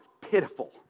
pitiful